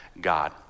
God